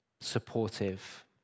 supportive